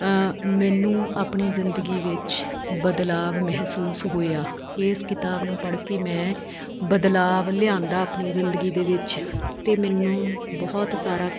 ਮੈਨੂੰ ਆਪਣੀ ਜ਼ਿੰਦਗੀ ਵਿੱਚ ਬਦਲਾਵ ਮਹਿਸੂਸ ਹੋਇਆ ਇਸ ਕਿਤਾਬ ਨੂੰ ਪੜ੍ਹ ਕੇ ਮੈਂ ਬਦਲਾਵ ਲਿਆਂਦਾ ਆਪਣੀ ਜ਼ਿੰਦਗੀ ਦੇ ਵਿੱਚ ਅਤੇ ਮੈਨੂੰ ਬਹੁਤ ਸਾਰਾ